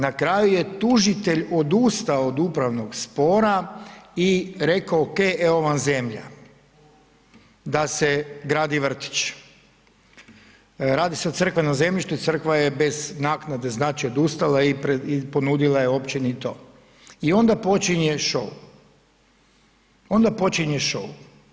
Na kraju je tužitelj odustao od upravnog spora i rekao – ok evo vam zemlja da se gradi vrtić, radi se o crkvenom zemljištu i Crkva je bez naknade, znači odustala i ponudila je Općini to, i onda počinje show, onda počinje show.